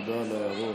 תודה על ההערות.